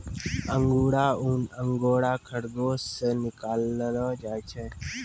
अंगुरा ऊन अंगोरा खरगोस से निकाललो जाय छै